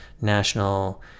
national